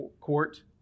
court